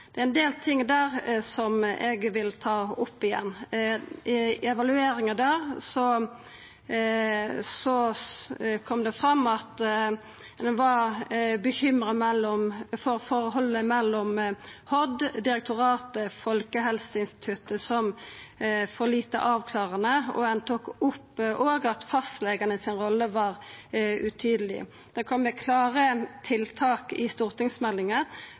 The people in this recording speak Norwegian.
Det er ein del ting der som eg vil ta opp igjen. I evalueringa kom det fram at ein var bekymra for at forholdet mellom Helse- og omsorgsdepartementet, Helsedirektoratet og Folkehelseinstituttet var for lite avklarande, og ein tok òg opp at rolla til fastlegane var utydeleg. Det kom klare tiltak i stortingsmeldinga,